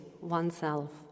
oneself